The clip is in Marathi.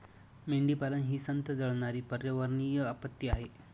मेंढीपालन ही संथ जळणारी पर्यावरणीय आपत्ती आहे